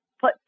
put